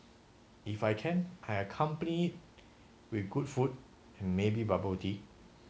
if I can I accompany with good food and maybe bubble tea